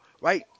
right